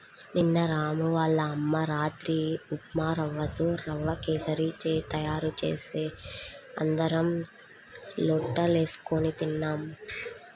నిన్న రాము వాళ్ళ అమ్మ రాత్రి ఉప్మారవ్వతో రవ్వ కేశరి తయారు చేస్తే అందరం లొట్టలేస్కొని తిన్నాం